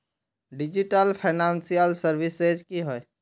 Digital financial services की होय?